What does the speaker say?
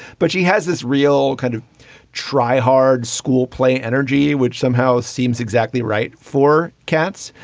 but she has this real kind of try hard school play energy, which somehow seems exactly right for cats.